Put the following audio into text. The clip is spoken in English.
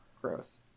gross